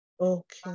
Okay